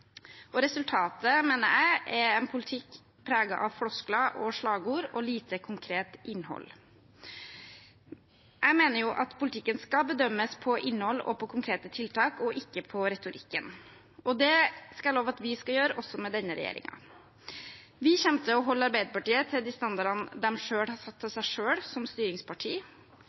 Resultatet, mener jeg, er en politikk preget av floskler og slagord og lite konkret innhold. Jeg mener at politikken skal bedømmes på innhold og konkrete tiltak og ikke på retorikken, og det skal jeg love at vi skal gjøre også med denne regjeringen. Vi kommer til å holde Arbeiderpartiet til de standardene de har satt til seg selv som styringsparti,